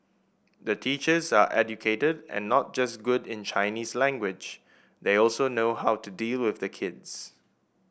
the teachers are educated and not just good in Chinese language they also know how to deal with the kids